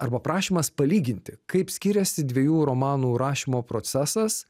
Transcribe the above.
arba prašymas palyginti kaip skiriasi dviejų romanų rašymo procesas